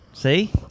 See